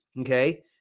okay